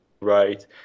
right